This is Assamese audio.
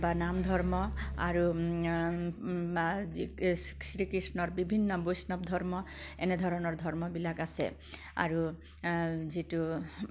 বা নাম ধৰ্ম আৰু বা যি শ্ৰীকৃষ্ণৰ বিভিন্ন বৈষ্ণৱ ধৰ্ম এনেধৰণৰ ধৰ্মবিলাক আছে আৰু যিটো